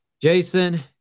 Jason